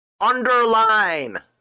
underline